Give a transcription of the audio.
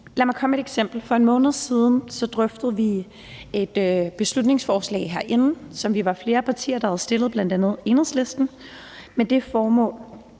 Lad mig komme med et eksempel. For en måned siden drøftede vi et beslutningsforslag herinde, som vi var flere partier om at fremsætte, bl.a. Enhedslisten, med det formål,